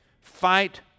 fight